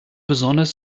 besonders